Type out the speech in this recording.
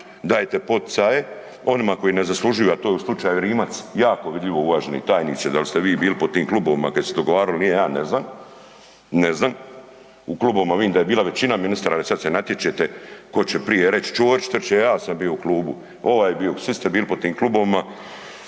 dajte poticaje onima koji ne zaslužuju, a to je u slučaju Rimac jako vidljivo uvaženi tajniče, dal ste vi bili po tim klubovima kada se dogovaralo, ja ne znam, ne znam. U klubovima vidim da je bila većina ministara i sada se natječete tko će prije reći. Ćorić … ja sam bio u klubu, ovaj je bio, svi ste bili po tim klubovima